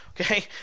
Okay